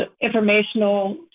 informational